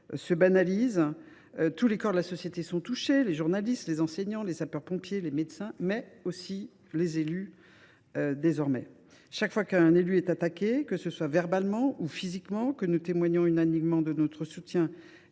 se banalisent, tous les corps de la société sont touchés : les journalistes, les enseignants, les sapeurs pompiers, les médecins, et aussi les élus. Chaque fois qu’un élu est attaqué, que ce soit verbalement ou physiquement, nous témoignons unanimement de notre soutien